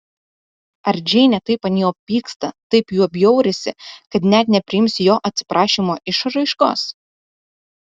ar džeinė taip ant jo pyksta taip juo bjaurisi kad net nepriims jo atsiprašymo išraiškos